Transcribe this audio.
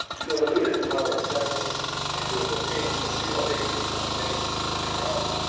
to have eluded the power of severus, and to have obtained a signal victory on the banks of the carun,